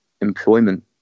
employment